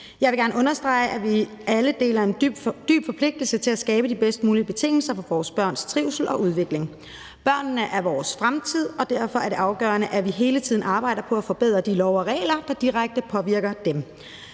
Jeg vil gerne understrege, at vi alle deler en dyb forpligtelse til at skabe de bedst mulige betingelser for vores børns trivsel og udvikling. Børnene er vores fremtid, og derfor er det afgørende, at vi hele tiden arbejder på at forbedre de love og regler, der direkte påvirker dem.